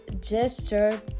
gesture